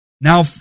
Now